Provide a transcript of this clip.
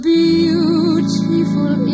beautiful